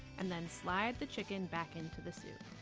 and then slide the chicken back into the soup.